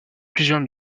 plusieurs